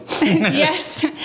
Yes